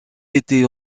été